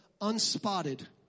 unspotted